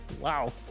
Wow